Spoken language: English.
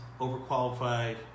overqualified